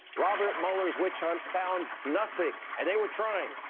robert mueller's witch hunt found nothing. and they were trying.